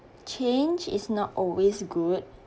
change is not always good